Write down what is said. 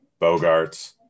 Bogarts